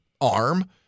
arm